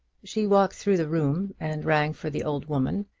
she walked through the room, and rang for the old woman,